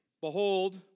Behold